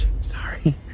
sorry